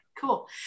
cool